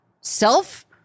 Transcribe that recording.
self